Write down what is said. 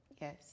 Yes